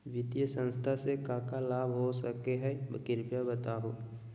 वित्तीय संस्था से का का लाभ हो सके हई कृपया बताहू?